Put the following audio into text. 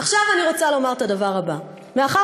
עכשיו אני רוצה לומר את הדבר הבא: מאחר